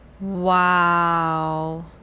wow